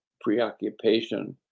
preoccupation